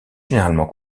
généralement